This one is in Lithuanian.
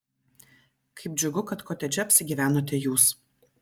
kaip džiugu kad kotedže apsigyvenote jūs